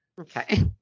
Okay